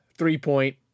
Three-point